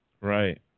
Right